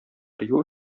кыю